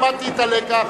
למדתי את הלקח.